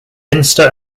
minster